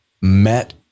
met